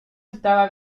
estaba